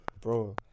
Bro